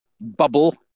bubble